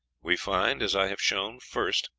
we find, as i have shown first.